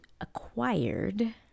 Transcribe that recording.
acquired